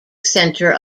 center